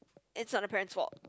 and is not the parent's fault